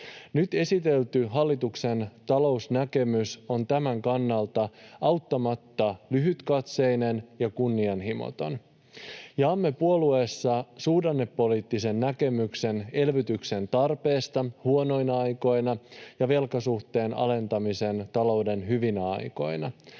Nyt esitelty hallituksen talousnäkemys on tämän kannalta auttamatta lyhytkatseinen ja kunnianhimoton. Jaamme puolueessa suhdannepoliittisen näkemyksen elvytyksen tarpeesta huonoina aikoina ja velkasuhteen alentamisesta talouden hyvinä aikoina.